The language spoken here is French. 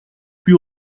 plus